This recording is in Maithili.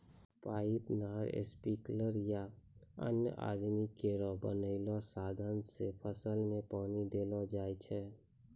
पाइप, नहर, स्प्रिंकलर या अन्य आदमी केरो बनैलो साधन सें फसल में पानी देलो जाय छै